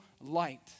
light